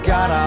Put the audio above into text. God